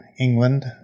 England